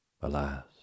Alas